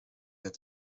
that